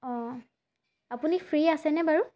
অঁ আপুনি ফ্ৰী আছেনে বাৰু